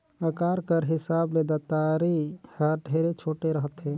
अकार कर हिसाब ले दँतारी हर ढेरे छोटे रहथे